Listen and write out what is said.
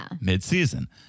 mid-season